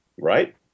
right